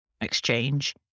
exchange